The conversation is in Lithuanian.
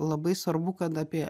labai svarbu kad apie